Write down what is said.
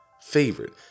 favorite